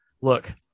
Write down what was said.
Look